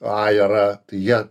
ajerą jie